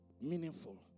meaningful